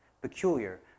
peculiar